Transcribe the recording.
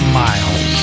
miles